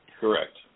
Correct